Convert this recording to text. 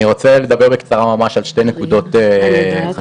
אני רוצה לדבר בקצרה על שתי נקודות חשובות.